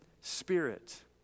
spirit